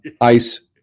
ICE